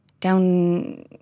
down